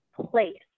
place